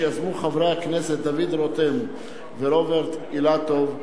שיזמו חברי הכנסת דוד רותם ורוברט אילטוב,